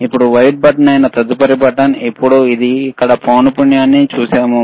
ఇప్పుడు white button అయిన తదుపరి బటన్ ఇప్పుడు ఇది ఇక్కడ పౌనపున్యం అని చూశాము